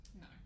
No